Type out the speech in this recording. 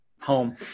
Home